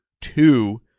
two